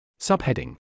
Subheading